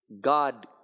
God